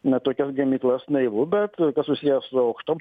na tokios gamyklos naivu bet kas susiję su aukštom